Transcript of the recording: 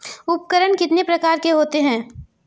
उपकरण कितने प्रकार के होते हैं?